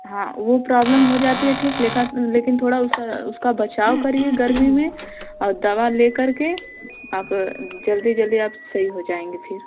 हाँ वो प्रोब्लम हो जाती है ठीक लेका लेकिन थोड़ा उसका उसका बचाव करिए गर्मी में और दवा ले करके आप जल्दी जल्दी आप सही हो जाएंगे फिर